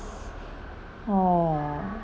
oh